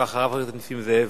אחריו, חבר הכנסת נסים זאב.